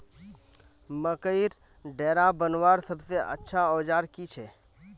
मकईर डेरा बनवार सबसे अच्छा औजार की छे?